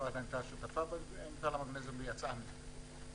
פולקסווגן היתה שותפה ויצאה מזה.